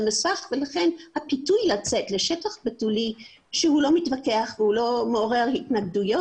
ולכן הפיתוי לצאת לשטח בתולי שהוא לא מתווכח והוא לא מעורר התנגדויות,